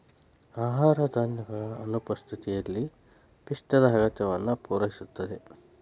ಆಹಾರ ಧಾನ್ಯಗಳ ಅನುಪಸ್ಥಿತಿಯಲ್ಲಿ ಪಿಷ್ಟದ ಅಗತ್ಯವನ್ನು ಪೂರೈಸುತ್ತದೆ